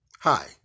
Hi